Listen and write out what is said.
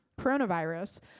coronavirus